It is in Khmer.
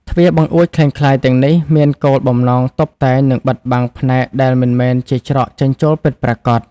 ទ្វារបង្អួចក្លែងក្លាយទាំងនេះមានគោលបំណងតុបតែង និងបិទបាំងផ្នែកដែលមិនមែនជាច្រកចេញចូលពិតប្រាកដ។